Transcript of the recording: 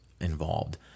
involved